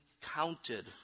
counted